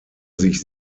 sich